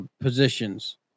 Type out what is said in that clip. positions